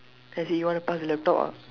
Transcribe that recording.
then he said you want to pass the laptop ah